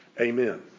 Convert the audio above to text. Amen